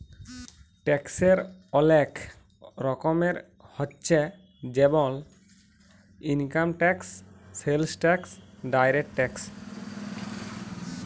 ট্যাক্সের ওলেক রকমের হচ্যে জেমল income tax, sales tax, direct tax